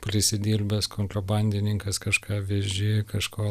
prisidirbęs kontrabandininkas kažką veži kažko